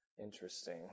Interesting